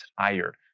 tired